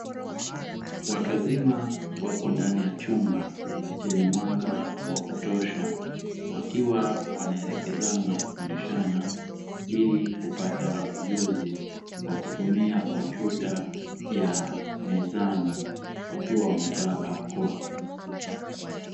Watu wazima wapo ndani ya chumba chenye mwanga wa kutosha wakiwa wanaelekezana na kufundishana ili kupata ujuzi kwa kutumia kompyuta ya mezani wakiwa wamevaa barakoa.